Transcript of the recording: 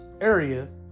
area